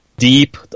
deep